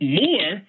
more